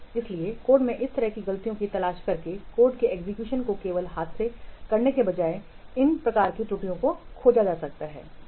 इसलिए कोड में इस तरह की गलतियों की तलाश करके कोड के एग्जीक्यूशन को केवल हाथ से करने के बजाय इस प्रकार की त्रुटियों को खोजा जा सकता है